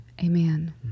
Amen